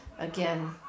Again